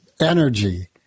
energy